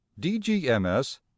DGMS